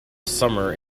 summer